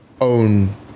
own